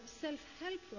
self-help